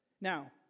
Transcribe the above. Now